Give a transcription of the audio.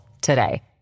today